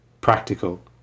practical